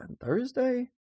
Thursday